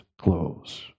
clothes